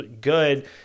good